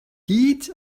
deeds